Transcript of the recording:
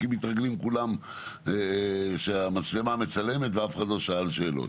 כי מתרגלים כולם שהמצלמה מצלמת ואף אחד לא שאל שאלות.